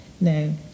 no